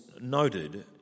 noted